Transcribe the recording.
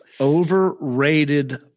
overrated